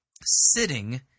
sitting